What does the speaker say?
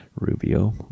Rubio